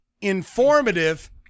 Informative